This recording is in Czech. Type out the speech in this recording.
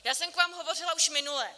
Já jsem k vám hovořila už minule.